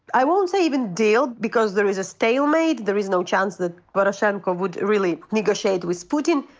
i won't say even deal, because there is a stalemate. there is no chance that poroshenko would really negotiate with putin.